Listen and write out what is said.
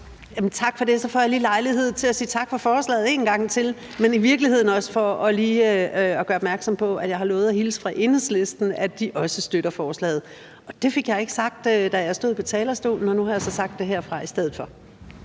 Tak for det. Så får jeg lige lejlighed til at sige tak for forslaget en gang til. Men det er i virkeligheden også for lige at gøre opmærksom på, at jeg har lovet at hilse fra Enhedslisten og sige, at de også støtter forslaget. Det fik jeg ikke sagt, da jeg stod på talerstolen, og nu har jeg så sagt det herfra i stedet for.